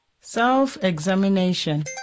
Self-examination